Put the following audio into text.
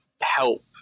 help